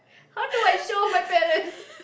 how do I show my parents